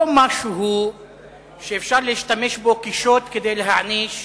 זה לא משהו שאפשר להשתמש בו כשוט כדי להעניש